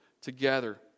together